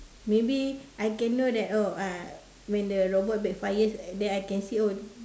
maybe I can know that oh uh when the robot backfires and then I can see oh